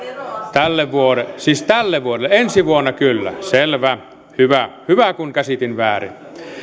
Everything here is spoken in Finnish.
siis tälle vuodelle ensi vuonna kyllä selvä hyvä hyvä kun käsitin väärin